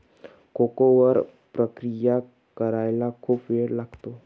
cocoa वर प्रक्रिया करायला खूप वेळ लागतो